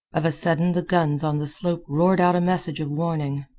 of a sudden the guns on the slope roared out a message of warning.